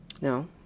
no